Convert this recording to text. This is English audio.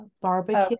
Barbecue